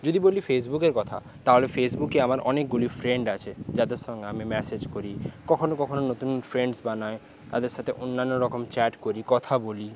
যদি বলি ফেসবুকের কথা তাহলে ফেসবুকে আমার অনেকগুলি ফ্রেন্ড আছে যাদের সঙ্গে আমি ম্যাসেজ করি কখনো কখনো নতুন ফ্রেন্ডস বানাই তাদের সাথে অন্যান্যরকম চ্যাট করি কথা বলি